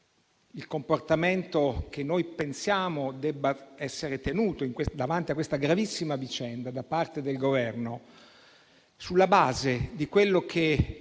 il comportamento che noi pensiamo debba essere tenuto davanti a questa gravissima vicenda da parte del Governo sulla base di quello che